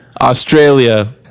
australia